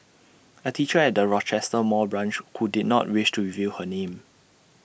A teacher at the Rochester mall branch who did not wish to reveal her name